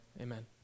amen